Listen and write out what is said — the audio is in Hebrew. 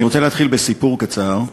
אני רוצה להתחיל בסיפור קצר.